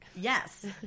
Yes